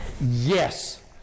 Yes